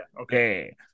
okay